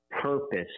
purpose